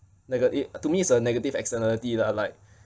nega~ i~ to me it's a negative externality lah like